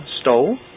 stole